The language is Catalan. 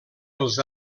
els